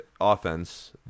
offense